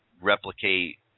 replicate